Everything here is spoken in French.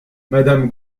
madame